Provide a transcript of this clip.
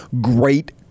great